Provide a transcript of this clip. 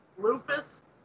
Lupus